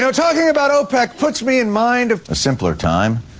you know talking about opec puts me in mind of a simpler time,